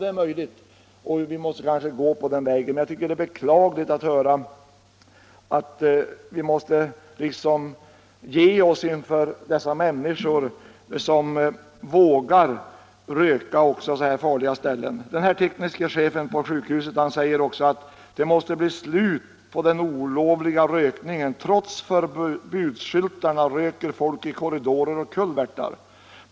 Det är möjligt att man måste gå på den vägen, men jag tycker att det är beklagligt att vi liksom måste ge oss inför dessa människor som vågar röka också på sådana här farliga ställen. Den här tekniske chefen säger också: ”Det måste bli ett slut på den olovliga rökningen! Trots förbudsskyltarna röker folk i korridorer och kulvertar.